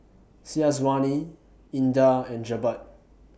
Syazwani Indah and Jebat